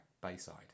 Bayside